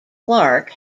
clarke